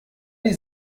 die